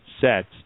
sets